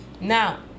now